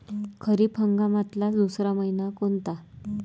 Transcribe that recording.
खरीप हंगामातला दुसरा मइना कोनता?